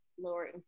lower